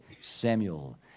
Samuel